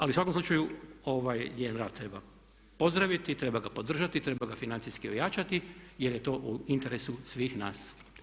Ali u svakom slučaju njen rad treba pozdraviti i treba ga podržati i treba ga financijski ojačati jer je to u interesu svih nas.